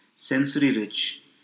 sensory-rich